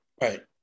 Right